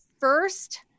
first